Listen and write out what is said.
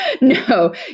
no